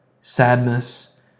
sadness